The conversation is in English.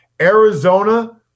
Arizona